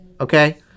Okay